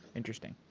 interesting.